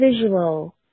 visual